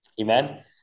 amen